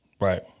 Right